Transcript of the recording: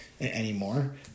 anymore